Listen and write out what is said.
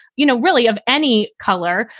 you know, really of any color.